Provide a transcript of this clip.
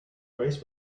race